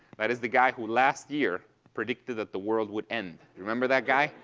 that is the guy who last year predicted that the world would end. remember that guy?